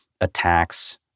attacks